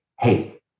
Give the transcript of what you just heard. hey